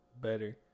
Better